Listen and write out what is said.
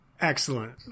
excellent